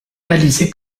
réalisé